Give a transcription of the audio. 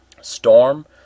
Storm